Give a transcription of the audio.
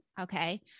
Okay